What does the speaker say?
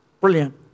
Brilliant